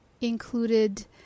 included